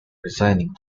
resigning